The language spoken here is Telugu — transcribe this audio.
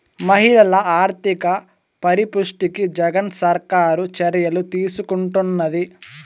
మహిళల ఆర్థిక పరిపుష్టికి జగన్ సర్కారు చర్యలు తీసుకుంటున్నది